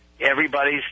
everybody's